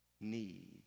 need